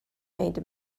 made